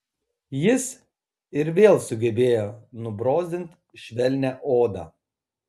jis ir vėl sugebėjo nubrozdint švelnią odą